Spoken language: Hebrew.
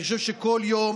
אני חושב שכל יום